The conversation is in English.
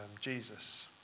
Jesus